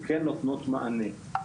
וכן נותנות מענה.